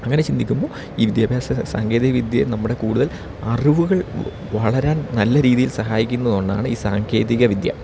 അങ്ങനെ ചിന്തിക്കുമ്പോൾ ഈ വിദ്യാഭ്യാസ സാങ്കേതികവിദ്യ നമ്മുടെ കൂടുതൽ അറിവുകൾ വളരാൻ നല്ല രീതിയിൽ സഹായിക്കുന്നത് കൊണ്ടാണ് ഈ സാങ്കേതികവിദ്യ